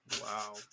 Wow